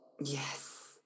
Yes